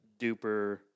duper